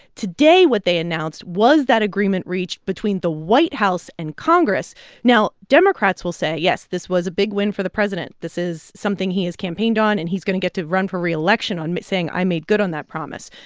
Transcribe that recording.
today what they announced was that agreement reached between the white house and congress now, democrats will say, yes, this was a big win for the president. this is something he has campaigned on, and he's going to get to run for re-election on saying, i made good on that promise.